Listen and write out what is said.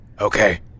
Okay